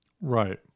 right